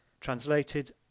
translated